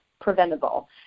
preventable